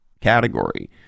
category